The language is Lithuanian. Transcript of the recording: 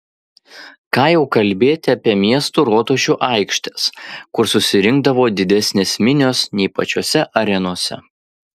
ką jau kalbėti apie miestų rotušių aikštes kur susirinkdavo didesnės minios nei pačiose arenose